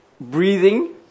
breathing